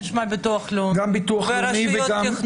יהודיים): אני רוצה שנשמע גם את הביטוח הלאומי ואת רשויות התכנון.